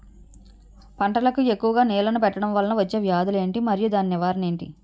పంటలకు ఎక్కువుగా నీళ్లను పెట్టడం వలన వచ్చే వ్యాధులు ఏంటి? మరియు దాని నివారణ ఏంటి?